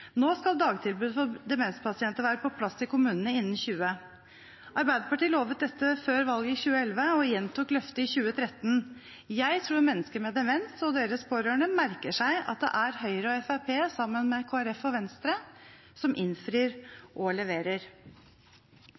Nå skal dagtilbud for demenspasienter være på plass i kommunene innen 2020. Arbeiderpartiet lovet dette før valget i 2011 og gjentok løftet i 2013. Jeg tror mennesker med demens og deres pårørende merker seg at det er Høyre og Fremskrittspartiet, sammen med Kristelig Folkeparti og Venstre, som innfrir og leverer.